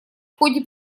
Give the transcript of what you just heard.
ходе